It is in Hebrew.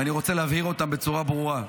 ואני רוצה להבהיר אותם בצורה ברורה.